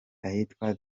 ahitwa